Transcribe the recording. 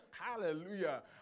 Hallelujah